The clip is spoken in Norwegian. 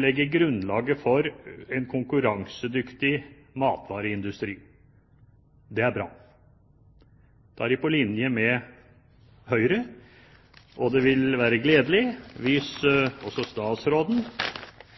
legge grunnlaget for en konkurransedyktig matvareindustri. Det er bra. Da er de på linje med Høyre. Og det vil være gledelig hvis også statsråden